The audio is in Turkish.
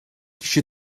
kişi